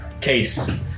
Case